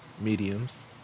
mediums